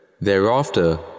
Thereafter